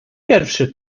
pierwszy